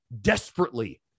desperately